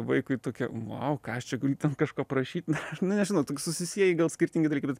vaikui tokia vau ką aš čia galiu ten kažko prašyt nu nežinau toks susisieja gal skirtingi dalykai bet